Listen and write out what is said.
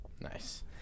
nice